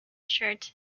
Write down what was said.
shirts